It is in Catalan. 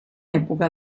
època